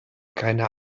keine